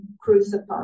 crucified